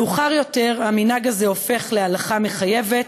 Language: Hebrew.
מאוחר יותר המנהג הזה הופך להלכה מחייבת,